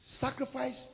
Sacrifice